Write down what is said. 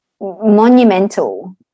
monumental